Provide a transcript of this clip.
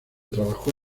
trabajó